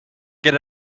get